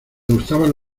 gustaban